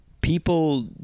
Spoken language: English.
People